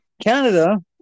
Canada